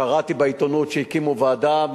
קראתי בעיתונות שהקימו ועדה,